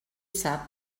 sap